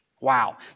Wow